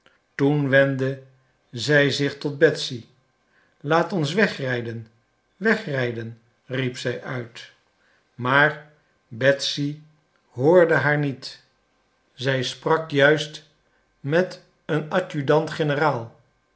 toen wendde zij zich tot betsy laats ons wegrijden wegrijden riep zij uit maar betsy hoorde niet zij sprak juist met den